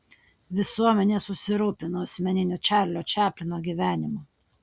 visuomenė susirūpino asmeniniu čarlio čaplino gyvenimu